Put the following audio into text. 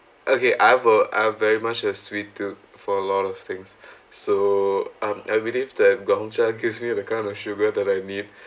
okay I have a I'm very much a sweet dude for a lot of things so um I believe that Gongcha gives me the kind of sugar that I need